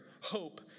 hope